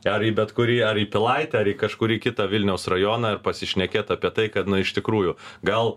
ar į bet kurį ar į pilaitę ar į kažkurį kitą vilniaus rajoną ir pasišnekėt apie tai kad na iš tikrųjų gal